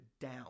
down